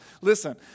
Listen